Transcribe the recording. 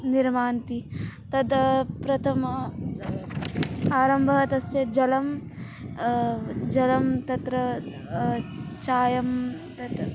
निर्माति तद् प्रथमम् आरम्भः तस्य जलं जलं तत्र चायं तत्